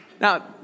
Now